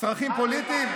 צרכים פוליטיים?